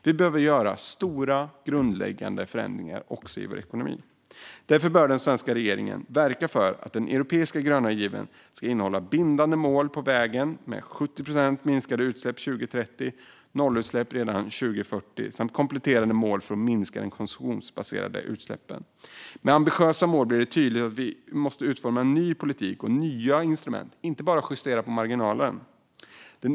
Vi behöver göra stora, grundläggande förändringar, också i vår ekonomi. Därför bör den svenska regeringen verka för att den europeiska gröna given ska innehålla bindande mål på vägen om minskade utsläpp med 70 procent till 2030 och nollutsläpp redan 2040 samt kompletterande mål för att minska de konsumtionsbaserade utsläppen. Med ambitiösa mål blir det tydligt att vi måste utforma en ny politik och nya instrument - inte bara justera i marginalen.